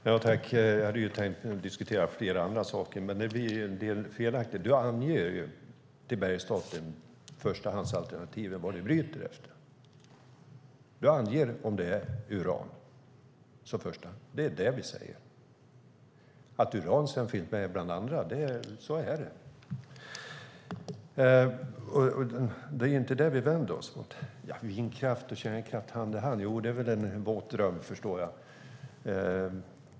Fru talman! Jag hade tänkt diskutera flera andra saker, men det blev en del felaktigheter. Man anger till Bergsstaten förstahandsalternativet för brytning. Man anger om det är uran som är förstahandsalternativet. Det är det vi säger. Sedan är det riktigt att uran kan finnas med bland andra. Det är inte det vi vänder oss emot. Vindkraft och kärnkraft hand i hand? Det är väl en våt dröm, förstår jag.